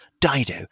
Dido